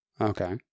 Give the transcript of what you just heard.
Okay